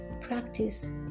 practice